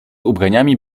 ubraniami